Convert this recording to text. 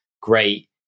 great